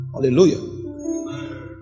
Hallelujah